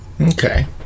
okay